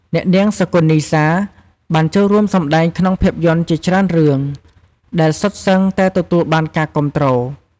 អ្នកនាង សុគន្ធ និសា បានចូលរួមសម្តែងក្នុងភាពយន្តជាច្រើនរឿង ដែលសុទ្ធសឹងតែទទួលបានការគាំទ្រ។